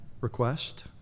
request